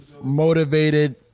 Motivated